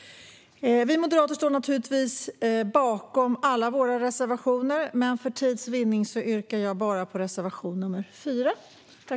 Vi moderater står naturligtvis bakom alla våra reservationer. Men för tids vinnande yrkar jag bifall bara till reservation nr 4.